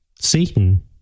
satan